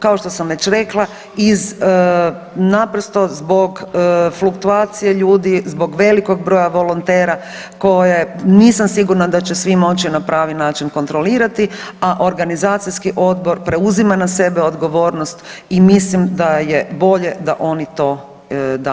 Kao što sam već rekla iz, naprosto zbog fluktuacije ljudi, zbog velikog broja volontera koje nisam sigurna da svi moći na pravi način kontrolirati, a organizacijski odbor preuzima na sebe odgovornost i mislim da je bolje da oni to dalje rade.